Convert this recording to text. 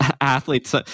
athletes